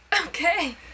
Okay